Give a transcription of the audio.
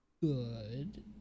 Good